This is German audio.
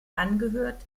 angehört